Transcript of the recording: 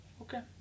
Okay